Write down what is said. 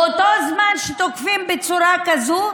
באותו זמן שתוקפים בצורה כזאת,